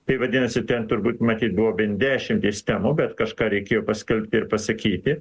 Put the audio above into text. tai vadinasi ten turbūt matyt buvo bent dešimtys temų bet kažką reikėjo paskelbti ir pasakyti